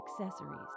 accessories